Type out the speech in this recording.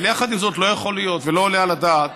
אבל יחד עם זאת, לא יכול להיות ולא עולה על הדעת